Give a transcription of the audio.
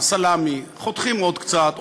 הסלאמי: חותכים עוד קצת,